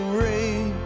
rain